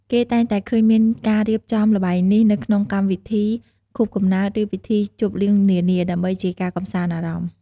គេតែងតែឃើញមានការរៀបចំល្បែងនេះនៅក្នុងកម្មវិធីខួបកំណើត ឬពិធីជប់លៀងនានា ដើម្បីជាការកម្សាន្តអារម្មណ៍។